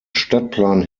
stadtplan